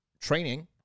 training